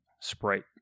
Sprite